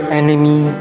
enemy